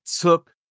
took